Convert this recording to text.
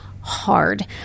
hard